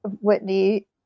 Whitney